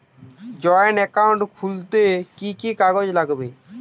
Joint account খুলতে কি কি কাগজ লাগবে?